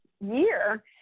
year